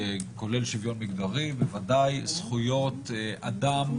כולל שוויון מגדרי, זכויות אדם,